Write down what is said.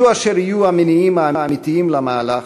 יהיו אשר יהיו המניעים האמיתיים למהלך,